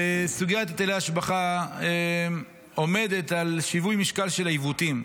וסוגיית היטלי השבחה עומדת על שיווי משקל של העיוותים,